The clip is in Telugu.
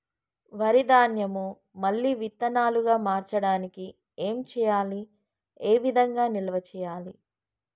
వరి ధాన్యము మళ్ళీ విత్తనాలు గా మార్చడానికి ఏం చేయాలి ఏ విధంగా నిల్వ చేయాలి?